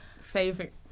favorite